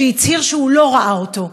שהצהיר שהוא לא ראה אותו.